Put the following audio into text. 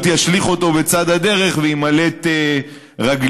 ישליך אותו בצד הדרך ויימלט רגלית.